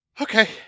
Okay